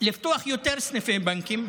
לפתוח יותר סניפי בנקים,